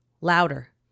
louder